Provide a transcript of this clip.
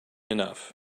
enough